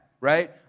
right